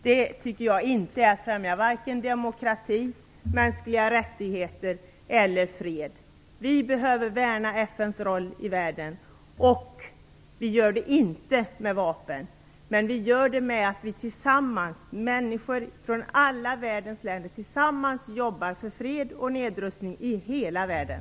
Detta tycker jag inte är att främja vare sig demokrati, mänskliga rättigheter eller fred. Vi behöver värna FN:s roll i världen. Vi gör det inte med vapen, utan genom att tillsammans med människor från alla världens länder jobba för fred och nedrustning i hela världen.